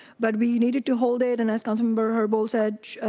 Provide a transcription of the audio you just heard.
but we needed to hold it and as councilmember herbold said,